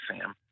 Sam